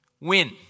win